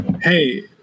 hey